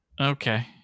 Okay